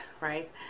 right